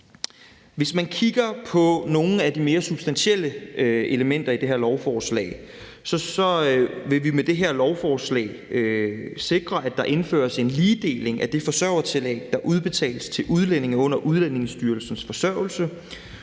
Hvis man kigger på nogle af de mere substantielle elementer i det her lovforslag, vil vi med det her lovforslag sikre, at der indføres en ligedeling af det forsørgertillæg, der udbetales til udlændinge under Udlændingestyrelsens forsørgelse,